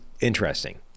interesting